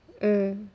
mm